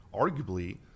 arguably